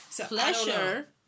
Pleasure